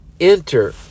enter